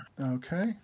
Okay